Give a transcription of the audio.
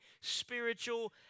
spiritual